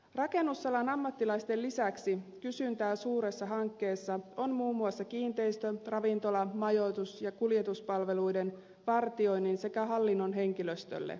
rakennusalan ammattilaisten lisäksi kysyntää suuressa hankkeessa on muun muassa kiinteistö ravintola majoitus ja kuljetuspalveluiden vartioinnin sekä hallinnon henkilöstölle